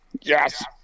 yes